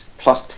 plus